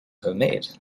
homemade